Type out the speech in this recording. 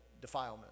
defilement